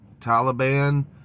Taliban